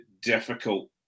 difficult